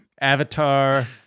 Avatar